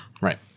Right